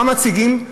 מה מציגים?